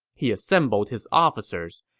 he assembled his officers.